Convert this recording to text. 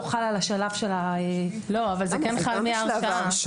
חל על השלב --- זה כן חל מההרתעה.